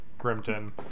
Grimton